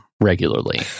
regularly